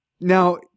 now